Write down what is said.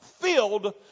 filled